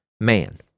man